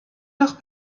noch